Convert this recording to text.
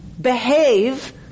behave